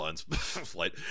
flight